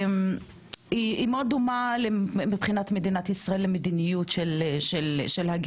היא מאוד דומה מבחינת מדינת ישראל למדיניות של הגירה